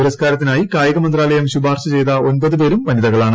പുരസ് കാരത്തിനായി കായിക മന്ത്രാലയം ശുപാർശ ചെയ്ത ഒമ്പതു പേരും വനിതകളാണ്